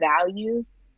values